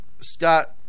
Scott